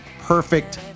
perfect